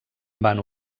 van